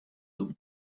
doen